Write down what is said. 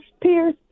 Pierce